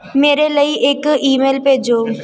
ਮੇਰੇ ਲਈ ਇੱਕ ਈਮੇਲ ਭੇਜੋ